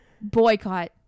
Boycott